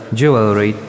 jewelry